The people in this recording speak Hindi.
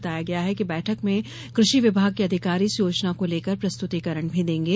बताया गया है कि बैठक में कृषि विभाग के अधिकारी इस योजना को लेकर प्रस्तुतिकरण भी देंगे